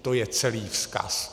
To je celý vzkaz.